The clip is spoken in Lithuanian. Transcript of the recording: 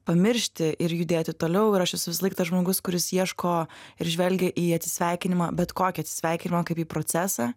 pamiršti ir judėti toliau ir aš esu visąlaik tas žmogus kuris ieško ir žvelgia į atsisveikinimą bet kokį atsisveikinimą kaip į procesą